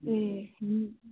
ए